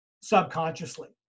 subconsciously